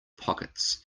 pockets